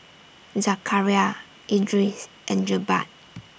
Zakaria Idris and Jebat